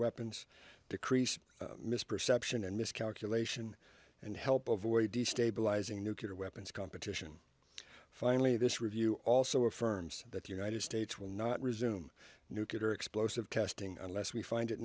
weapons decrease misperception and miscalculation and help avoid destabilizing nuclear weapons competition finally this review also affirms that the united states will not resume nuclear explosive testing unless we find it